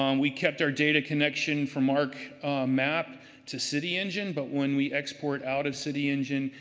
um we kept our data connection from arc map to city engine. but when we export out of city engine,